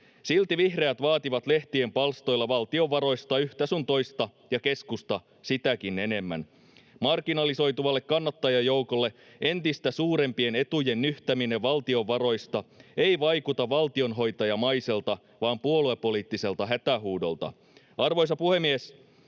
Silti vihreät vaativat lehtien palstoilla valtion varoista yhtä sun toista ja keskusta sitäkin enemmän. Marginalisoituvalle kannattajajoukolle entistä suurempien etujen nyhtäminen valtion varoista ei vaikuta valtionhoitajamaiselta vaan puoluepoliittiselta hätähuudolta. Arvoisa puhemies!